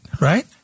Right